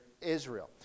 Israel